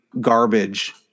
garbage